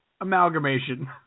amalgamation